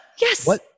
Yes